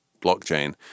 blockchain